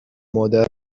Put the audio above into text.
مادر